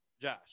Josh